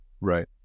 Right